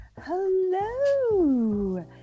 Hello